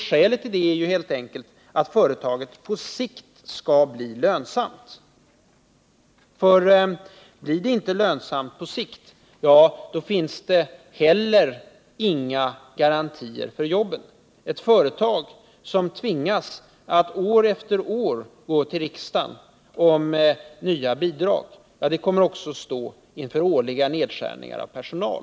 Skälet härtill är helt enkelt att företaget på sikt skall bli lönsamt, för blir det inte lönsamt på sikt, finns det heller inga garantier för jobben. Ett företag som tvingas att år efter år gå till riksdagen och be om nya bidrag kommer också att stå inför årliga nedskärningar av personal.